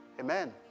Amen